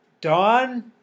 Dawn